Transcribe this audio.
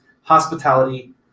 hospitality